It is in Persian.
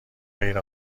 غیر